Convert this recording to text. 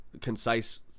concise